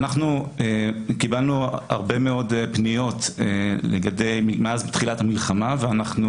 אנחנו קיבלנו הרבה מאוד פניות מאז תחילת המלחמה ואנחנו